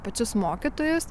pačius mokytojus